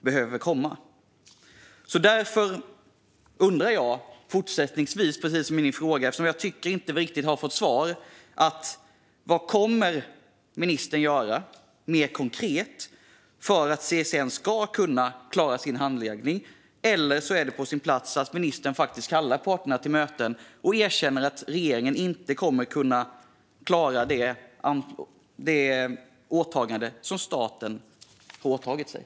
Jag undrar därför fortsättningsvis, precis som i min fråga som jag inte tycker att vi riktigt har fått svar på, vad ministern kommer att göra mer konkret för att CSN ska kunna klara sin handläggning. Eller är det på sin plats att ministern kallar parterna till möte för att erkänna att regeringen inte kommer att kunna klara det åtagande som staten har tagit på sig?